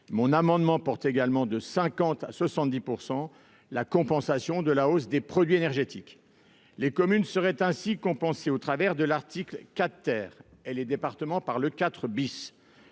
Mon amendement tend également à porter de 50 % à 70 % la compensation de la hausse des produits énergétiques. Les communes seraient ainsi compensées au travers de l'article 4 et les départements au travers